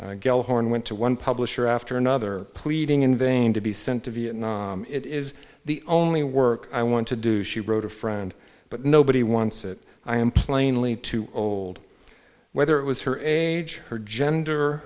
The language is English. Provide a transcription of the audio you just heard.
there gellhorn went to one publisher after another pleading in vain to be sent to vietnam it is the only work i want to do she wrote a friend but nobody wants it i am plainly too old whether it was her age her gender